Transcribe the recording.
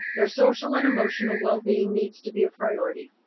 their social and emotional wellbeing needs to be a priority.